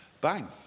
bang